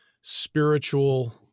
spiritual